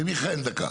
מיכאל, דקה.